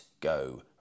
go